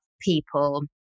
people